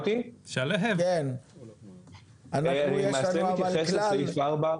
אני רוצה להתייחס לסעיף ׁ(4).